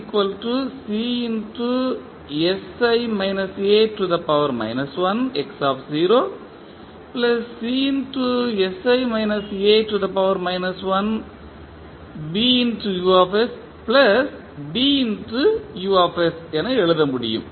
நாம் என எழுத முடியும்